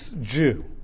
Jew